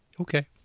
Okay